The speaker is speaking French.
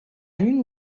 une